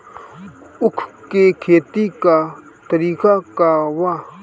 उख के खेती का तरीका का बा?